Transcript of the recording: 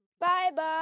Bye-bye